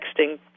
texting